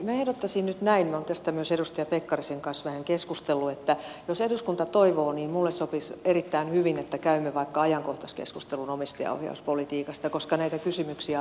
minä ehdottaisin nyt näin olen tästä myös edustaja pekkarisen kanssa vähän keskustellut että jos eduskunta toivoo niin minulle sopisi erittäin hyvin että käymme vaikka ajankohtaiskeskustelun omistajaohjauspolitiikasta koska näitä kysymyksiä on hyvin paljon